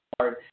hard